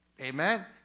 Amen